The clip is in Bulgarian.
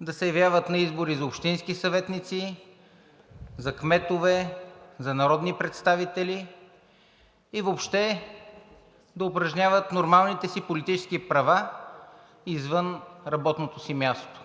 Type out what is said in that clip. да се явяват на избори за общински съветници, за кметове, за народни представители и въобще да упражняват нормалните си политически права извън работното си място.